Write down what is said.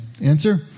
Answer